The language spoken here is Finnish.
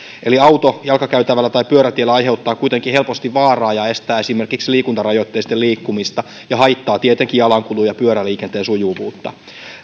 auto jalkakäytävällä tai pyörätiellä aiheuttaa kuitenkin helposti vaaraa ja estää esimerkiksi liikuntarajoitteisten liikkumista ja haittaa tietenkin jalankulun ja pyöräliikenteen sujuvuutta